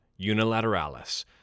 unilateralis